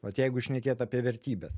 vat jeigu šnekėt apie vertybes